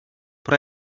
pro